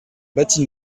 bâtie